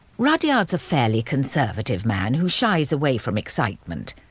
rudyard's a fairly conservative man, who shies away from excitement.